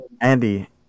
Andy